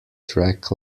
track